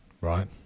right